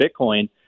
Bitcoin